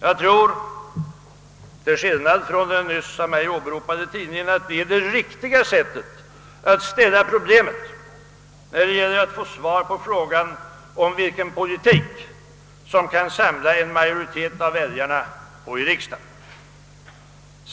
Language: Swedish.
Jag tror — till skillnad från den nyss av mig åberopade tidningen — att detta är det riktiga sättet att ställa problemet när det gäller att få svar på frågan om vilken politik som kan samla en majoritet av väljarna och i riksdagen.